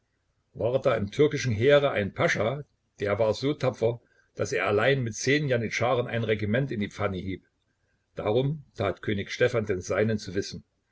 war da im türkischen heere ein pascha der war so tapfer daß er allein mit zehn janitscharen ein regiment in die pfanne hieb darum tat könig stephan den seinen zu wissen